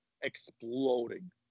exploding